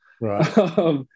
Right